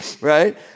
right